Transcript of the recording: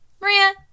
Maria